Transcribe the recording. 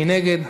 מי נגד?